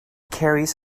carries